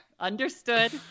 understood